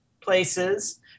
places